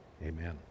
amen